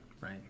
right